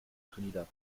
trinidad